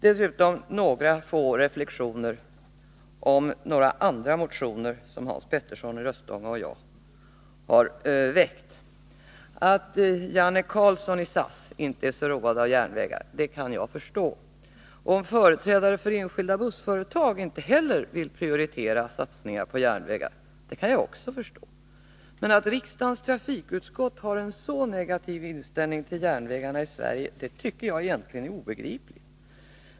Dessutom en reflexion om några andra motioner som Hans Petersson i Röstånga och jag har väckt. Att Janne Carlzon i SAS inte är så road av järnvägar kan jag förstå. Och att företrädare för enskilda bussföretag inte heller vill prioritera satsningar på järnvägar kan jag också förstå. Men att riksdagens trafikutskott har en så negativ inställning till järnvägarna i Sverige tycker jag egentligen är obegripligt.